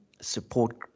support